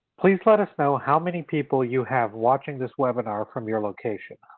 please let us know how many people you have watching this webinar from your location,